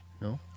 no